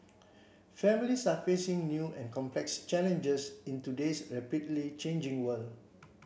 families are facing new and complex challenges in today's rapidly changing world